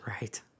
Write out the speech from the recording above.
Right